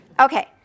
Okay